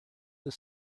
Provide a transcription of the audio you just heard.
that